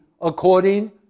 according